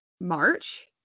March